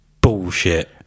Bullshit